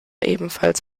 ebenfalls